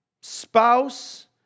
spouse